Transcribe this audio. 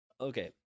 Okay